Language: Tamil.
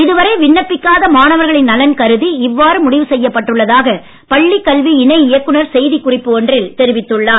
இதுவரை விண்ணப்பிக்காத மாணவர்களின் நலன் கருதி இவ்வாறு முடிவு செய்யப்பட்டுள்ளதாக பள்ளிக் கல்வி இணை இயக்குநர் செய்தி குறிப்பு ஒன்றில் தெரிவித்துள்ளார்